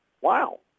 Wow